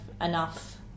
enough